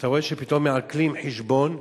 אתה רואה שפתאום מעקלים חשבון.